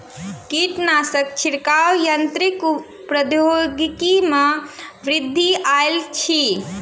कीटनाशक छिड़काव यन्त्रक प्रौद्योगिकी में वृद्धि आयल अछि